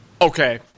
Okay